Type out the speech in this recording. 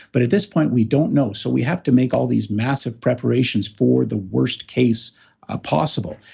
but at this point, we don't know. so, we have to make all these massive preparations for the worst case ah possible.